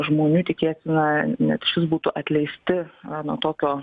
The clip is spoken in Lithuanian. žmonių tikėtina net išvis būtų atleisti nuo tokio